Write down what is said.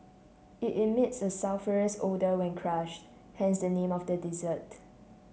it emits a sulphurous odour when crushed hence the name of the dessert